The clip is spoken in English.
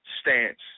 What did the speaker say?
stance